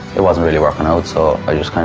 it wasn't really working out, so i just